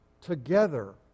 together